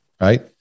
Right